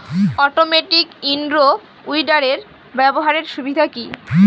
Automatic in row উইডারের ব্যবহারের সুবিধা কি?